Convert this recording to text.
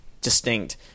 distinct